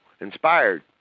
inspired